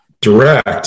direct